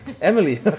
Emily